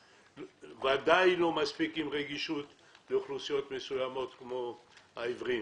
ודאי לא מספיק עם רגישות לאוכלוסיות מסוימות כמו העיוורים.